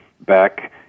back